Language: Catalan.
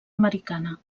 americana